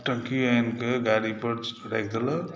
टंकी आनिकऽ गाड़ीपर राखि देलक